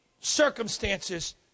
circumstances